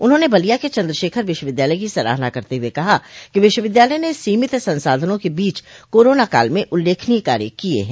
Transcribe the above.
उन्होंने बलिया के चन्द्रशेखर विश्वविद्यालय की सराहना करते हुए कहा कि विश्वविद्यालय ने सीमित संसाधनों के बीच कोरोना काल में उल्लेखनीय कार्य किये हैं